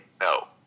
no